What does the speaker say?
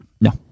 No